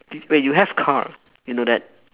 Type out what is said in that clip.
wait you have car you know that